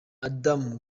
adam